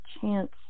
chance